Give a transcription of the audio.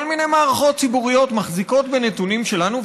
כל מיני מערכות ציבוריות מחזיקות בנתונים שלנו,